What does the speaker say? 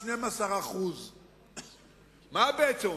12%. מה בעצם אומרים?